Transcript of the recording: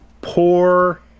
poor